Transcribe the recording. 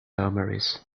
beaumaris